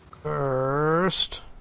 First